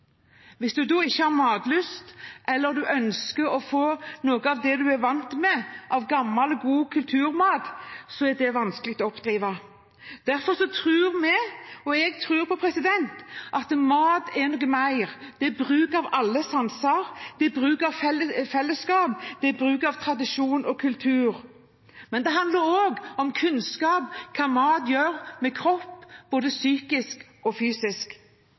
Hvis man da ikke har matlyst eller ønsker å få noe av det man er vant med av gammel, god kulturmat, så er det vanskelig å oppdrive. Vi tror – og jeg tror – at mat er noe mer; det er bruk av alle sanser, det er bruk av fellesskap, det er bruk av tradisjon og kultur. Men det handler også om kunnskap om hva mat gjør med kroppen, både psykisk og fysisk.